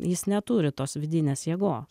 jis neturi tos vidinės jėgos